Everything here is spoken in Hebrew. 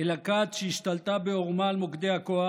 אלא כת שהשתלטה בעורמה על מוקדי הכוח,